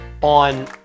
on